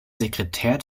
sekretär